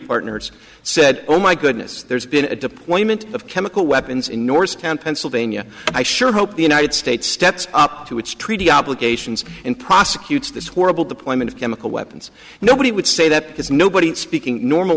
partners said oh my goodness there's been a deployment of chemical weapons in north down pennsylvania i sure hope the united states steps up to its treaty obligations in prosecutes this horrible deployment of chemical weapons nobody would say that there's nobody in speaking normal